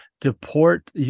Deport